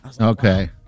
okay